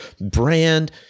brand